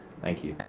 thank you.